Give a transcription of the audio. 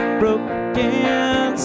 broken